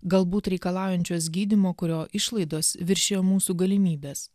galbūt reikalaujančios gydymo kurio išlaidos viršijo mūsų galimybes